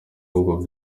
ahubwo